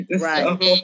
Right